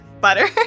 butter